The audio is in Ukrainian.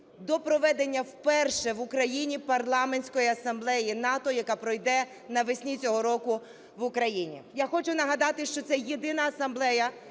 до проведення вперше в Україні Парламентської асамблеї НАТО, яка пройде навесні цього року в Україні. Я хочу нагадати, що це єдина асамблея,